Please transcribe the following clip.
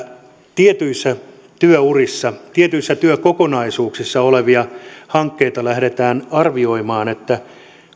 tietyissä työurissa tietyissä työkokonaisuuksissa olevia hankkeita lähdetään arvioimaan että